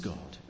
God